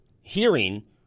hearing